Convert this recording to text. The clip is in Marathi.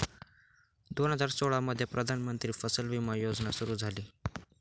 दोन हजार सोळामध्ये प्रधानमंत्री फसल विमा योजना सुरू झाली